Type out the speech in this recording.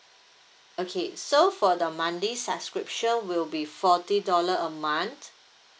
okay so for the monthly subscription will be forty dollar a month